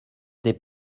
des